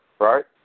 Right